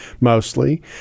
mostly